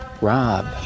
rob